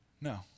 No